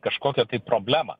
kažkokią tai problemą